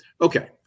Okay